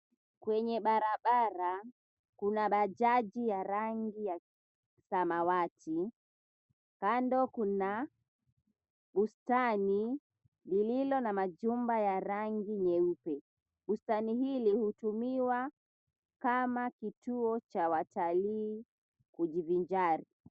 Kwenye barabara kuna bajaji ya rangi ya samawati. Kando kuna bustani lililo na majumba ya rangi nyeupe. Bustani hili hutumiwa kama kituo cha watalii kujivinjari.